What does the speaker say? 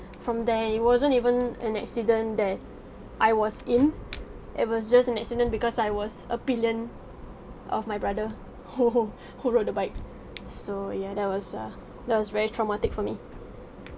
from there and it wasn't even an accident that I was in it was just an accident because I was a pillion of my brother who who who rode the bike so ya that was uh that was very traumatic for me